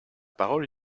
parole